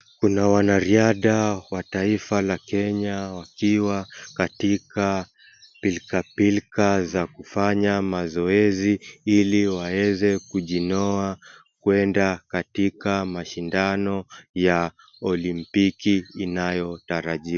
Kuna wanariadha wa taifa la kenya wakiwa katika pilkapilka za kufanya mazoezi ili waweze kujinoa kwenda katika mashindano ya olimpiki.